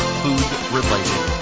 food-related